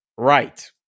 Right